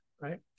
right